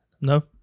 no